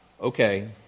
okay